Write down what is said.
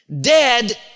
dead